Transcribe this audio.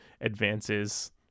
advances